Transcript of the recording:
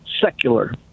secular